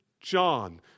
John